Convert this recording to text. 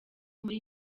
muri